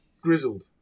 grizzled